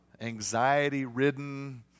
anxiety-ridden